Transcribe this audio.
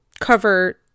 cover